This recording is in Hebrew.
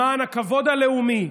למען הכבוד הלאומי,